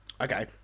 Okay